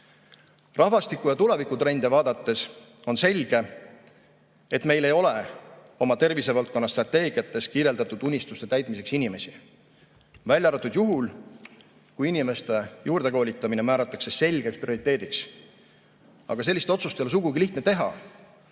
Rahvastiku- ja tulevikutrende vaadates on selge, et meil ei ole oma tervisevaldkonna strateegiates kirjeldatud unistuste täitmiseks inimesi. Välja arvatud juhul, kui inimeste juurdekoolitamine määratakse selgeks prioriteediks. Aga sellist otsust ei ole sugugi lihtne teha,